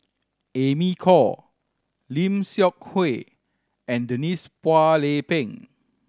Amy Khor Lim Seok Hui and Denise Phua Lay Peng